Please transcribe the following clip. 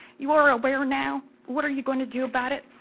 you ah are aware now. what are you going to do about it?